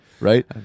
right